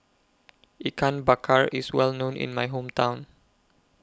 Ikan Bakar IS Well known in My Hometown